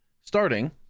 Starting